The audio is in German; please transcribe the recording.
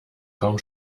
kaum